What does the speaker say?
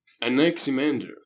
Anaximander